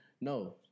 No